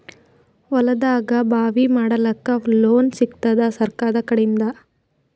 ಹೊಲದಾಗಬಾವಿ ಮಾಡಲಾಕ ಲೋನ್ ಸಿಗತ್ತಾದ ಸರ್ಕಾರಕಡಿಂದ?